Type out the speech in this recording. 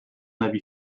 avis